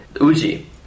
Uji